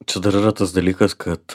čia dar yra tas dalykas kad